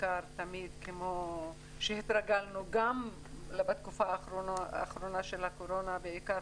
כמו שהתרגלנו גם בתקופה האחרונה של הקורונה, בעיקר